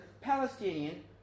Palestinian